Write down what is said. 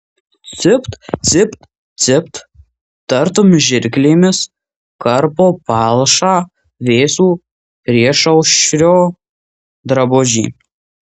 cipt cipt cipt tartum žirklėmis karpo palšą vėsų priešaušrio drabužį